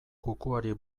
kukuari